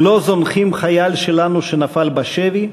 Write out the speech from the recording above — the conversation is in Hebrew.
לא זונחים חייל שלנו שנפל בשבי,